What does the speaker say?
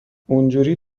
اونجوری